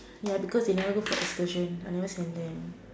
ya because they never go for excursion I never send them